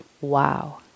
Wow